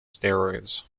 steroids